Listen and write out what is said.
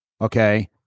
okay